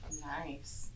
Nice